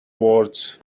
words